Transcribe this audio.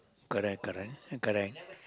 correct correct correct